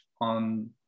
on